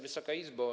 Wysoka Izbo!